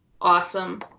awesome